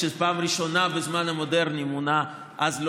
כשבפעם הראשונה בזמן המודרני מונה אז,